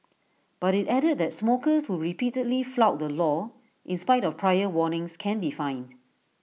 but IT added that smokers who repeatedly flout the law in spite of prior warnings can be fined